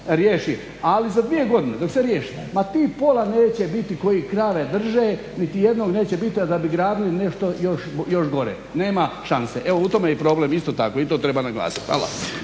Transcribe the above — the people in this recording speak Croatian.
ali za 2 godine dok se riješi ma tih pola neće biti koji krave drže, nitijednog neće biti, a da bi gradili nešto još gore, nema šanse. Evo, u tome je problem isto tako. I to treba naglasiti.